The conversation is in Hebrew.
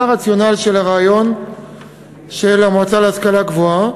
מה הרציונל של הרעיון של המועצה להשכלה גבוהה,